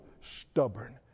stubborn